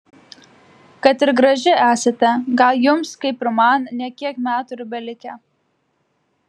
kad ir graži esate gal jums kaip ir man ne kiek metų ir belikę